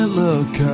look